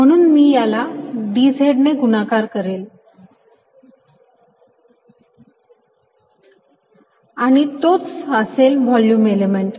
म्हणून मी याला dz ने गुणाकार करेल आणि तोच असेल व्हॉल्युम एलिमेंट